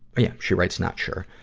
yeah. she writes, not sure.